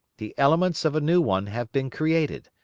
the elements of a new one have been created,